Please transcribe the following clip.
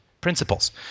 principles